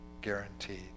guaranteed